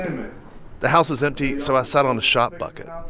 the house was empty, so i sat on a shop bucket.